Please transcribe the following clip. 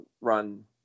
run